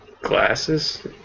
glasses